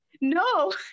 No